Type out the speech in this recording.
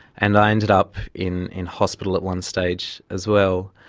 and i ended up in in hospital at one stage as well.